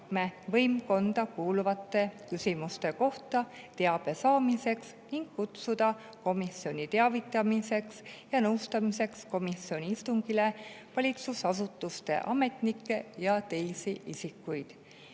võimkonda kuuluvate küsimuste kohta teabe saamiseks ning kutsuda komisjoni teavitamiseks ja nõustamiseks komisjoni istungile valitsusasutuste ametnikke ja teisi isikuid.